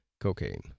cocaine